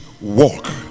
walk